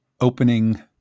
opening